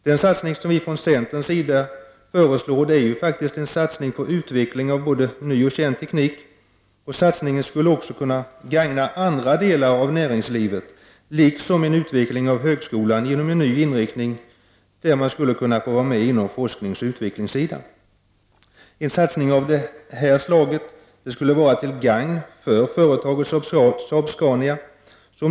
Den satsning som vi från centern föreslår är ju en satsning på utveckling av både ny och känd teknik. Satsningen skulle också kunna gagna andra delar av näringslivet liksom en utveckling av högskolan genom en ny inriktning mot forskning och utveckling. En satsning av detta slag skulle också vara till gagn för Saab-Scania.